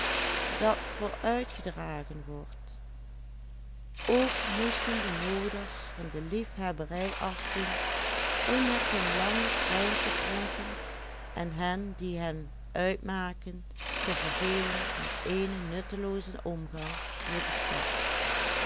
moesten de nooders van de liefhebberij afzien om met den langen trein te pronken en hen die hem uitmaken te vervelen met eenen nutteloozen omgang door de stad